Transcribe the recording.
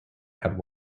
had